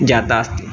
जाता अस्ति